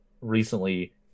recently